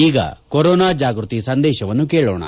ಈಗ ಕೊರೋನಾ ಜಾಗ್ಬತಿ ಸಂದೇಶವನ್ನು ಕೇಳೋಣ